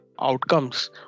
outcomes